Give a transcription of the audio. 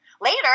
Later